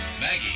Maggie